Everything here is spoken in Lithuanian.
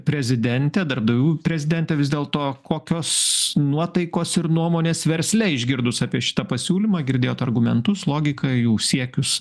prezidentė darbdavių prezidentė vis dėlto kokios nuotaikos ir nuomonės versle išgirdus apie šitą pasiūlymą girdėjot argumentus logiką jų siekius